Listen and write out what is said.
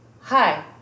hi